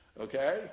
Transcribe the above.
okay